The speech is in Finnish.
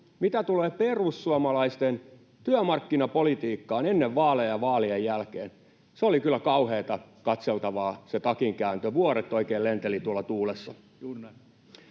mitä tulee perussuomalaisten työmarkkinapolitiikkaan ennen vaaleja ja vaalien jälkeen, se takinkääntö oli kyllä kauheaa katseltavaa, vuoret oikein lentelivät tuolla tuulessa.